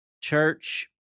Church